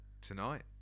Tonight